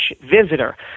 visitor